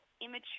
immature